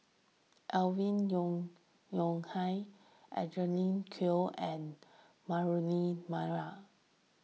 Alvin Yeo Khirn Hai Angelina Choy and Murali Pillai